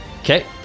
okay